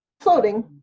floating